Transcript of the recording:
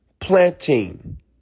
planting